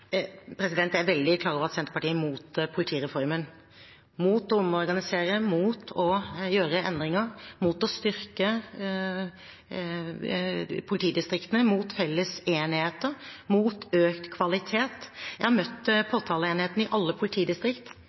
Jeg er veldig klar over at Senterpartiet er imot politireformen, imot å omorganisere, imot å gjøre endringer, imot å styrke politidistriktene, imot felles enheter, imot økt kvalitet. Jeg har møtt påtaleenhetene i alle politidistrikt,